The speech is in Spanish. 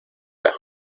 las